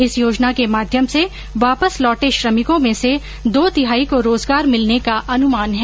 इस योजना के माध्यम से वापस लौटे श्रमिकों में से दो तिहाई को रोजगार मिलने का अनुमान है